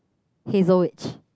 Hazel Witch